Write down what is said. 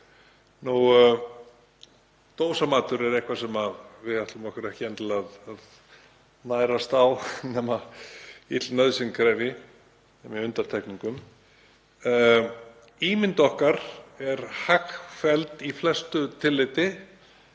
Dósamatur er eitthvað sem við ætlum okkur ekki endilega að nærast á nema ill nauðsyn krefji, með undantekningum. Ímynd okkar er hagfelld í flestu tilliti.